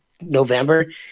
November